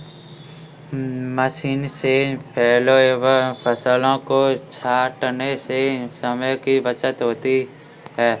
machine से फलों एवं फसलों को छाँटने से समय की बचत होती है